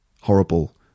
horrible